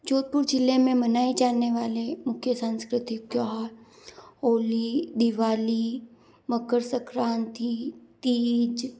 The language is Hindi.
जोधपुर ज़िले में मनाए जाने वाले मुख्य सांस्कृतिक त्यौहार होली दिवाली मकर संक्रांति तीज